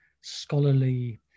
scholarly